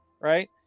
right